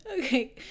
okay